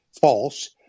false